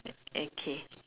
okay